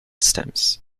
stems